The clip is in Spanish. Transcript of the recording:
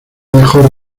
mejor